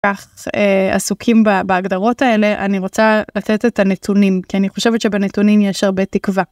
עסוקים בהגדרות האלה אני רוצה לתת את הנתונים כי אני חושבת שבנתונים יש הרבה תקווה.